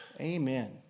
Amen